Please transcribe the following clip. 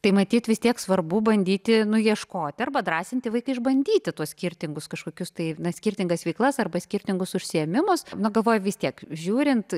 tai matyt vis tiek svarbu bandyti nu ieškoti arba drąsinti vaiką išbandyti tuos skirtingus kažkokius tai skirtingas veiklas arba skirtingus užsiėmimus nu galvoju vis tiek žiūrint